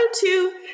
two